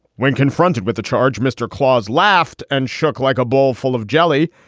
when confronted with a charge, mr. claus laughed and shook like a bowl full of jelly.